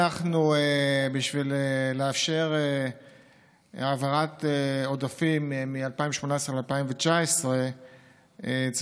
בשביל לאשר העברת עודפים מ-2018 ל-2019 אנחנו